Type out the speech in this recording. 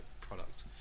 product